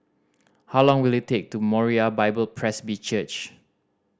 how long will it take to Moriah Bible Presby Church